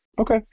Okay